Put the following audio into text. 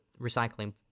recycling